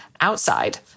outside